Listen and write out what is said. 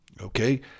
Okay